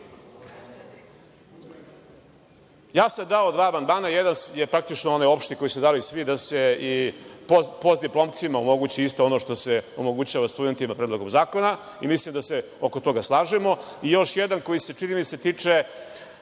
sam dao dva amandmana. Jedan je praktično onaj opšti koji su dali svi, da se i postdiplomcima omogući isto ono što se omogućava studentima Predlogom zakona, mislim da se oko toga slažemo, i još jedan koji se, čini mi se, tiče